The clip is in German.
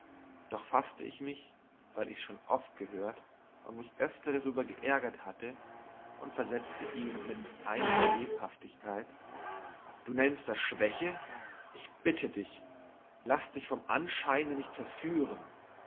doch faßte ich mich weil ich's schon oft gehört und mich öfter darüber geärgert hatte und versetzte ihm mit einiger lebhaftigkeit du nennst das schwäche ich bitte dich laß dich vom anscheine nicht verführen